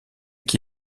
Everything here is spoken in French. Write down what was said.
qui